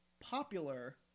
popular